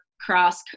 cross